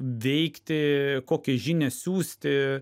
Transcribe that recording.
veikti kokią žinią siųsti